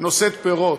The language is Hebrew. נושאת פירות.